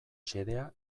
xedea